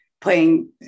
playing